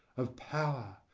of power,